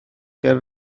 ger